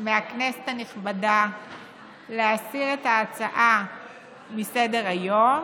מהכנסת הנכבדה להסיר את ההצעה מסדר-היום,